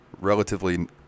relatively